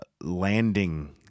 landing